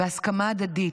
בהסכמה הדדית,